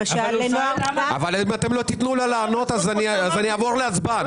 אם לא תתנו לה לענות, אני אעבור להצבעה.